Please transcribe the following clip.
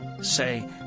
say